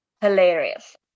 hilarious